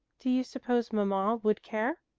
do you suppose mamma would care?